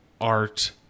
art